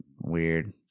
weird